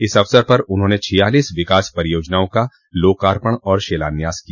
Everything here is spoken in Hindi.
इस अवसर पर उन्होंने छियालोस विकास परियोजनाओं का लोकार्पण और शिलान्यास किया